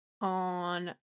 on